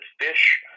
fish